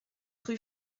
rue